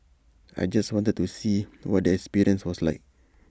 I just wanted to see what the experience was like